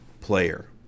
player